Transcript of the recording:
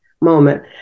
moment